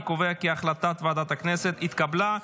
אני קובע כי החלטת ועדת הכנסת התקבלה.